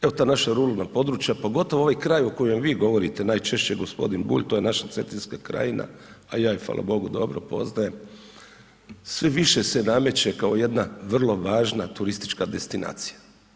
Evo, ta naša ruralna područja, pogotovo ovaj kraj o kojem vi govorite najčešće, g. Bulj, to je naša Cetinska krajina, a ja ju, hvala Bogu, dobro poznajem, sve više se nameće kao jedna vrlo važna turistička destinacija.